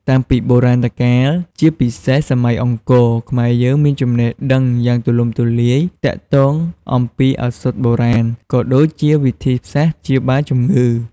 តាំងពីបុរាណកាល ជាពិសេសសម័យអង្គរ ខ្មែរយើងមានចំណេះដឹងយ៉ាងទូលំទូលាយទាក់ទងអំពីឱសថបុរាណ ក៏ដូចជាវិធីសាស្ត្រព្យាបាលជំងឺ។